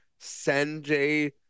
sanjay